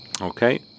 Okay